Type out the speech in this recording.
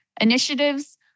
initiatives